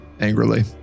angrily